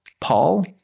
Paul